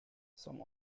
some